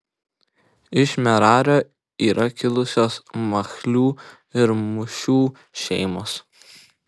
iš merario yra kilusios machlių ir mušių šeimos